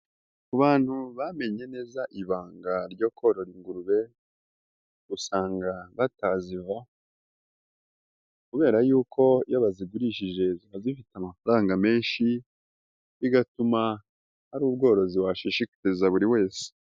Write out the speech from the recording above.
Ku bantu bamenye neza ibanga ryo korora ingurube usanga batazivaho kubera yuko iyo bazigurishije ziba zifite amafaranga menshi bigatuma ari ubworozi washishikariza buri wese.